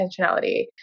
intentionality